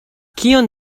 kion